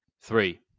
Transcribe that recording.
Three